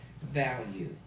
value